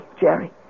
Jerry